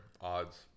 odds